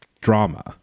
drama